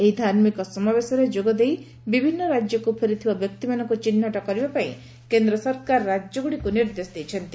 ଏହି ଧାର୍ମିକ ସମାବେଶରେ ଯୋଗଦେଇ ବିଭିନ୍ନ ରାଜ୍ୟକୁ ଫେରିଥିବା ବ୍ୟକ୍ତିମାନଙ୍କୁ ଚିହ୍ବଟ କରିବାପାଇଁ କେନ୍ଦ ସରକାର ରାଜ୍ୟଗୁଡ଼ିକୁ ନିର୍ଦ୍ଦେଶ ଜାରି କରିଛନ୍ତି